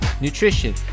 nutrition